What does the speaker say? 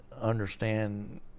understand